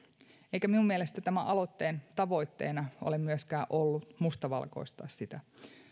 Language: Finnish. eikä minun mielestäni tämän aloitteen tavoitteena ole myöskään ollut mustavalkoistaa sitä